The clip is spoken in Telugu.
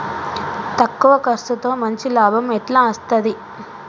తక్కువ కర్సుతో మంచి లాభం ఎట్ల అస్తది?